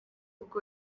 ubwo